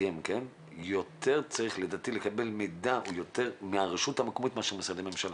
יותר צריך לדעתי לקבל מידע מהרשות המקומית מאשר משרדי ממשלה,